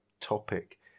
topic